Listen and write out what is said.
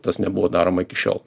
tas nebuvo daroma iki šiol